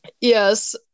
Yes